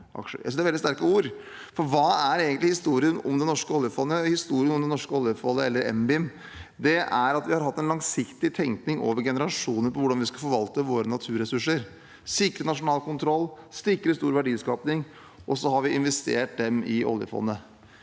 Jeg synes det er et veldig sterkt ord, for hva er egentlig historien om det norske oljefondet? Jo, historien om det norske oljefondet, eller NBIM, er at vi har hatt en langsiktig tenkning over generasjoner om hvordan vi skal forvalte våre naturressurser, sikre nasjonal kontroll og sikre stor verdiskaping. Så har vi investert dette i oljefondet,